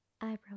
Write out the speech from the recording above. eyebrow